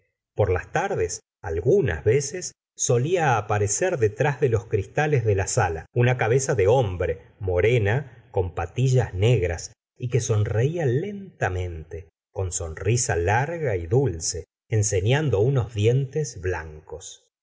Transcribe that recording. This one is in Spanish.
por las tardes algunas veces solfa aparecer detrits de los cristales de la sala una cabeza de hombre morena con patillas negras y que sonreía lentamente con sonrisa larga y dulce enseñando unos dientes blancos